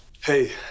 Hey